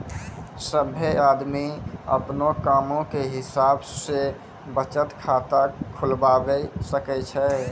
सभ्भे आदमी अपनो कामो के हिसाब से बचत खाता खुलबाबै सकै छै